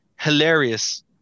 hilarious